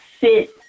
sit